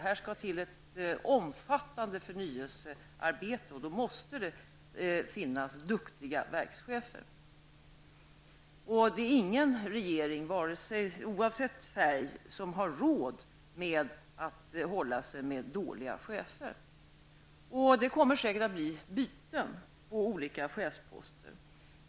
Det skall genomföras ett omfattande förnyelsearbete, och då måste det finnas duktiga verkschefer. Ingen regering, oavsett färg, har råd att hålla sig med dåliga chefer, och det kommer säkerligen att bli byten på olika chefsposter.